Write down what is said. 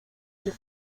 del